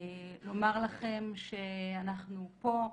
לומר לכם שאנחנו פה,